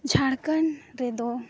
ᱡᱷᱟᱲᱠᱷᱚᱸᱰ ᱨᱮᱫᱚ